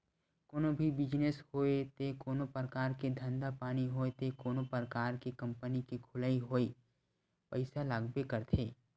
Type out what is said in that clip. कोनो भी बिजनेस होय ते कोनो परकार के धंधा पानी होय ते कोनो परकार के कंपनी के खोलई होय पइसा लागबे करथे